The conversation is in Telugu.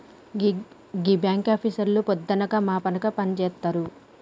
గీ బాంకాపీసర్లు పొద్దనక మాపనక పనిజేత్తరు